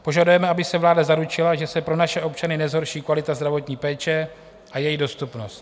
Požadujeme, aby se vláda zaručila, že se pro naše občany nezhorší kvalita zdravotní péče a její dostupnost.